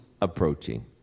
approaching